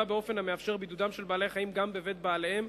באופן המאפשר בידודם של בעלי-חיים גם בבית בעליהם,